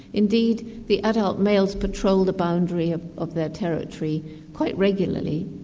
indeed, the adult males patrol the boundary of of their territory quite regularly,